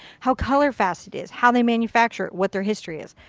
how color fast it is. how they manufacture it. what their history is.